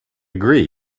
agree